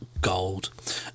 gold